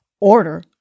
Order